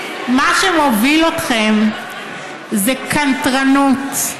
מה שמוביל אתכם זה קנטרנות.